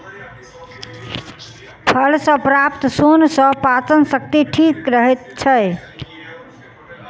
फल सॅ प्राप्त सोन सॅ पाचन शक्ति ठीक रहैत छै